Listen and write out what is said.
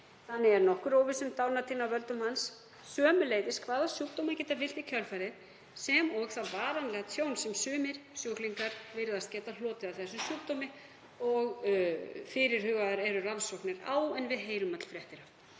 Þannig er nokkur óvissa um dánartíðni af völdum hans, sömuleiðis hvaða sjúkdómar geta fylgt í kjölfarið sem og það varanlega tjón sem sumir sjúklingar virðast geta hlotið af þessum sjúkdómi og fyrirhugaðar eru rannsóknir á en við heyrum öll fréttir